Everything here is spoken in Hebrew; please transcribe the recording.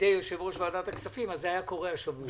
בידי יושב-ראש ועדת הכספים זה היה קורה השבוע.